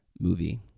movie